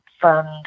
fund